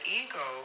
ego